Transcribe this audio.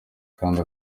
kandi